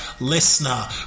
listener